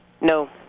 No